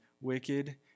wicked